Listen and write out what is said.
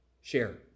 share